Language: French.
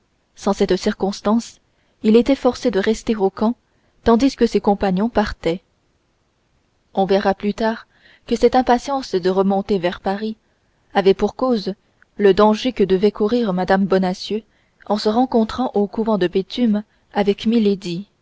sans cette circonstance il était forcé de rester au camp tandis que ses compagnons partaient on verra plus tard que cette impatience de remonter vers paris avait pour cause le danger que devait courir mme bonacieux en se rencontrant au couvent de béthune avec milady son